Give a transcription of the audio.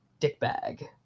dickbag